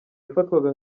yafatwaga